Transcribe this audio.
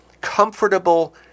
comfortable